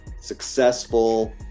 successful